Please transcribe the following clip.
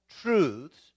truths